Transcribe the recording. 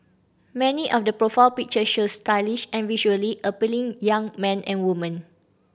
many of the profile pictures show stylish and visually appealing young men and women